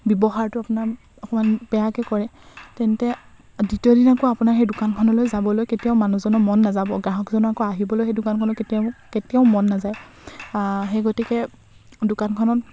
ব্যৱহাৰটো আপোনাৰ অকণমান বেয়াকৈ কৰে তেন্তে দ্বিতীয় দিনা আকৌ আপোনাৰ সেই দোকানখনলৈ যাবলৈ কেতিয়াও মানুহজনৰ মন নাযাব গ্ৰাহকজন আকৌ আহিবলৈ সেই দোকানখনত কেতিয়াও কেতিয়াও মন নাযায় সেই গতিকে দোকানখনত